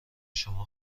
شما